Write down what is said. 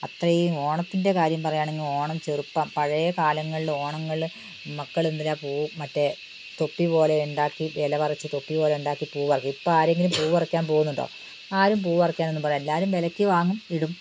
അത്രയും ഓണത്തിൻ്റെ കാര്യം പറയുകയാണെങ്കില് ഓണം പഴയ കാലങ്ങളിൽ ഓണത്തിന് മക്കള് എന്തിലാണ് പൂവ് മറ്റേ തൊപ്പി പോലെയുണ്ടാക്കി ഇല പറിച്ച് തൊപ്പി പോലെയുണ്ടാക്കി പൂവ് പറിക്കും ഇപ്പോള് ആരെങ്കിലും പൂവ് പറിക്കാൻ പോകുന്നുണ്ടോ ആരും പൂവ് പറിക്കാനൊന്നും പൊകുന്നില്ല എല്ലാവരും വിലയ്ക്ക് വാങ്ങും ഇടും